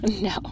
no